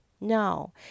No